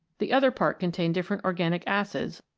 the other part contained different organic acids,